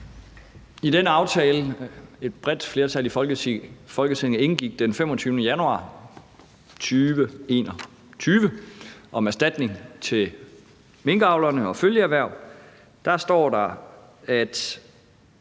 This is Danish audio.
I den aftale, et bredt flertal i Folketinget indgik den 25. januar 2021, om erstatning til minkavlerne og følgeerhverv står der, at